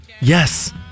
yes